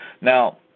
Now